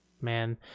man